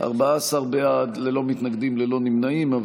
14 בעד, ללא מתנגדים, ללא נמנעים.